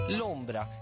L'ombra